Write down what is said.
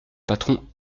patron